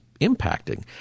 impacting